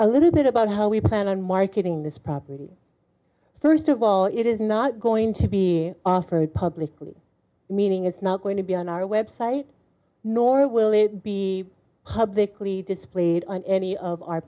a little bit about how we plan on marketing this probably first of all it is not going to be offered publicly meaning it's not going to be on our web site nor will it be her victory displayed on any of our